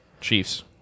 Chiefs